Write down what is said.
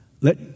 Let